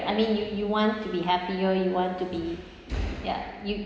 I mean you you want to be happier you want to be ya you